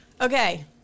Okay